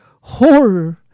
Horror